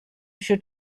should